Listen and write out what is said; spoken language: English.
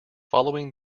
following